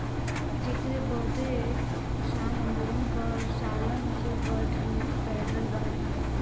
जेकरे बदे किसान आन्दोलन पर सालन से बैठल बाड़े